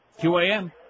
QAM